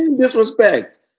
Disrespect